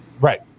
Right